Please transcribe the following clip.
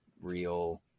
real